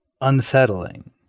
unsettling